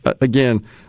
Again